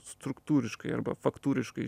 struktūriškai arba faktūriškai